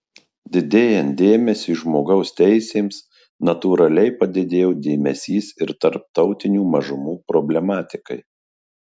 didėjant dėmesiui žmogaus teisėms natūraliai padidėjo dėmesys ir tautinių mažumų problematikai